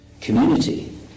community